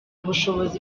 ubushobozi